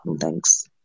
Thanks